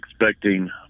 expecting